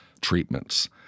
treatments